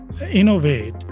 innovate